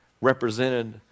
represented